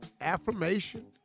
Affirmation